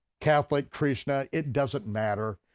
catholic, krishna, it doesn't matter.